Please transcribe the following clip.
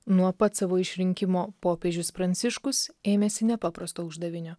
nuo pat savo išrinkimo popiežius pranciškus ėmėsi nepaprasto uždavinio